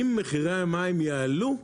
אם מחירי המים יעלו,